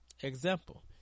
Example